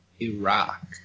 Iraq